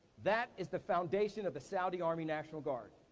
that is the foundation of the saudi army national guard.